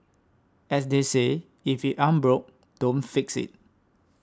as they say if it ain't broke don't fix it